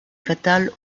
fatal